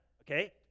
okay